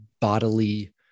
bodily